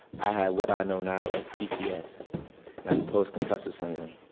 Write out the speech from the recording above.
i had what i know now as pcs. and that's post-concussion syndrome.